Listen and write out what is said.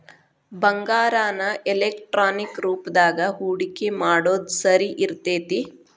ಬಂಗಾರಾನ ಎಲೆಕ್ಟ್ರಾನಿಕ್ ರೂಪದಾಗ ಹೂಡಿಕಿ ಮಾಡೊದ್ ಸರಿ ಇರ್ತೆತಿ